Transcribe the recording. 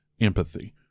empathy